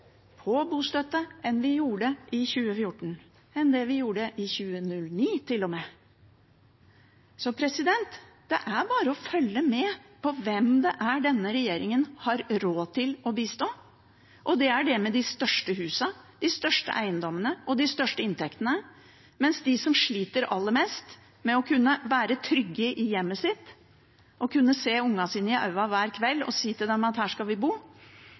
på bostøtte enn vi gjorde i 2014, til og med mindre enn vi gjorde i 2009. Det er bare å følge med på hvem det er denne regjeringen har råd til å bistå. Det er dem med de største husene, de største eiendommene og de største inntektene, mens de folkene som sliter aller mest med å kunne være trygge i hjemmet sitt og å kunne se ungene sine i øynene hver kveld og si til dem at her skal vi bo,